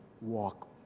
walk